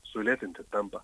sulėtinti tempą